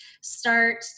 start